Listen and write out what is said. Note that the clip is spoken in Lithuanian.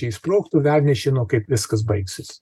jei sprogtų velnias žino kaip viskas baigsis